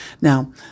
Now